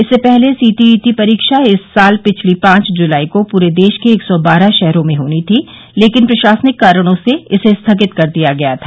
इससे पहले सीटीईटी परीक्षा इस साल पांच जुलाई को पूरे देश के एक सौ बारह शहरों में होनी थी लेकिन प्रशासनिक कारणों से इसे स्थगित कर दिया गया था